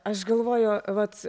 aš galvojau vat